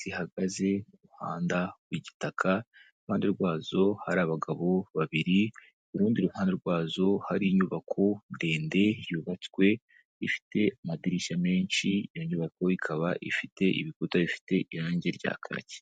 zihagaze mu muhanda w'igitaka iruhande rwazo hari abagabo babiri kurundi ruhande rwazo hari inyubako ndende yubatswe ifite amadirishya menshi iyo nyubako ikaba ifite ibikuta bifite irangi rya kaki.